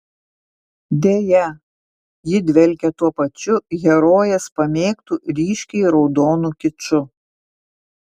deja ji dvelkia tuo pačiu herojės pamėgtu ryškiai raudonu kiču